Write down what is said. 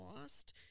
lost